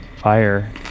fire